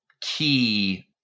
key